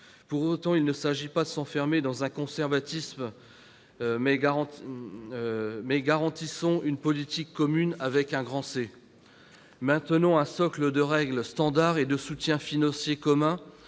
Pour autant, il ne s'agit pas de s'enfermer dans un conservatisme ; mais garantissons une politique commune avec un grand « C »! Pour cela, maintenons un socle de règles standards et de soutiens financiers communs,